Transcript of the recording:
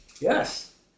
Yes